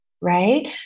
right